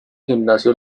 gimnasio